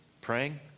praying